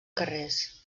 carrers